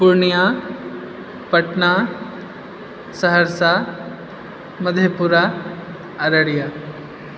Purnia Patna Saharsa Madhepura Araria